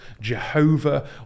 Jehovah